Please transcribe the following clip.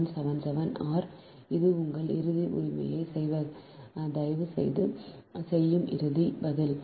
177 ஆர் இது உங்கள் இறுதி உரிமையை தயவுசெய்து செய்யும் இறுதி பதில்